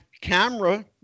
camera